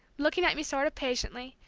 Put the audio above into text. looking at me sort of patiently,